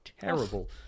terrible